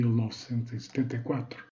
1974